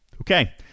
Okay